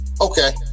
Okay